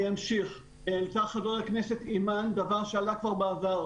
אני אמשיך: אמרה חברת הכנסת אימאן דבר שעלה כבר בעבר,